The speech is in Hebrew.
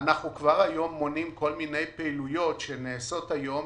אנחנו כבר היום מונעים כל מיני פעילויות שנעשות היום,